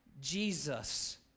Jesus